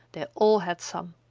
they all had some.